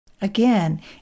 Again